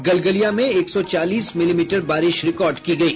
गलगलिया में एक सौ चालीस मिलीमीटर बारिश रिकॉर्ड की गयी